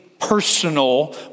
personal